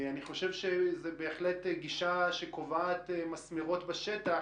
אני חושב שזו בהחלט גישה שקובעת מסמרות בשטח.